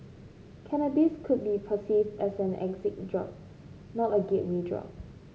cannabis could be perceived as an exit drug not a gateway drug